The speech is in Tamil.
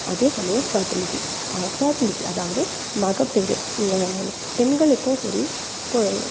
அதே சமயம் ஃபர்ட்டிலிட்டி ஃபர்ட்டிலிட்டி அதாவது மகப்பேறு பெண்களுக்கும் சரி கொ